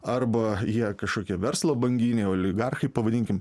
arba jie kažkokie verslo banginiai oligarchai pavadinkim